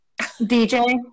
DJ